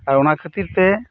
ᱟᱨ ᱚᱱᱟ ᱠᱷᱟᱹᱛᱤᱨ ᱛᱮ